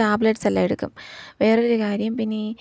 tablets എല്ലാം എടുക്കും വേറൊരു കാര്യം പിന്നെ ഈ